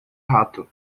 rato